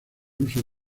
uso